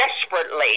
desperately